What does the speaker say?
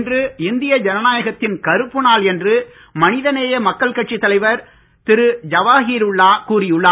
இன்று இந்திய ஜனநாயகத்தின் கருப்பு நாள் என்று மனிதநேய மக்கள் கட்சித் தலைவர் திரு ஜவாஹீருல்லா கூறி உள்ளார்